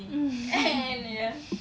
mm